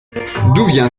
vient